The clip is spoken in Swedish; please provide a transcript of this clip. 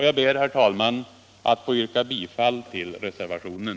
Jag ber, herr talman, att få yrka bifall till reservationen.